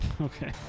Okay